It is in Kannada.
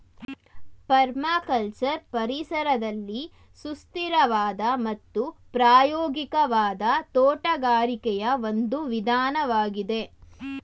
ಪರ್ಮಕಲ್ಚರ್ ಪರಿಸರದಲ್ಲಿ ಸುಸ್ಥಿರವಾದ ಮತ್ತು ಪ್ರಾಯೋಗಿಕವಾದ ತೋಟಗಾರಿಕೆಯ ಒಂದು ವಿಧಾನವಾಗಿದೆ